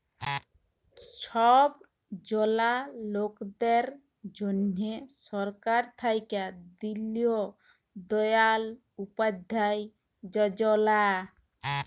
ছব জলা লকদের জ্যনহে সরকার থ্যাইকে দিল দয়াল উপাধ্যায় যজলা